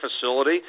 facility